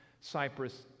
Cyprus